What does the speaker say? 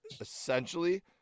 essentially